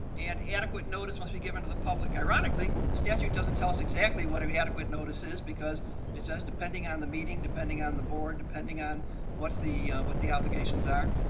and adequate notice must be given to the public. ironically, the statute doesn't tell us exactly what the adequate notice is because it says. depending on the meeting, depending on the board, depending on what the. what the obligations are.